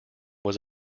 was